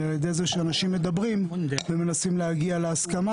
אלא על ידי זה שאנשים מדברים ומנסים להגיע להסכמה,